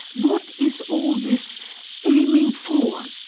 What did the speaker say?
what is all this aiming for?